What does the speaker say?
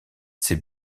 ses